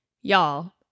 y'all